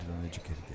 uneducated